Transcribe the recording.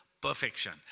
perfection